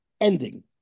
ending